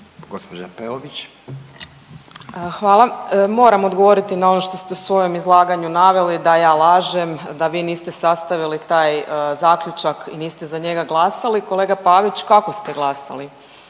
Hvala. Moram odgovoriti na ono što ste u svojem izlaganju naveli da ja lažem, da vi niste sastavili taj zaključak i niste za njega glasali. Kolega Pavić kako ste glasali?